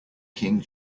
king